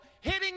hitting